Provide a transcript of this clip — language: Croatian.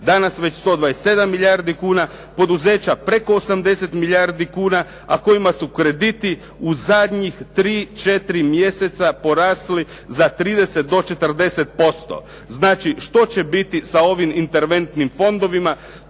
danas već 127 milijardi kuna, poduzeća preko 80 milijardi kuna a kojima su krediti u zadnjih 3, 4 mjeseca porasli za 30 do 40%. Znači što će biti sa ovim interventnim fondovima,